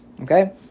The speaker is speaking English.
Okay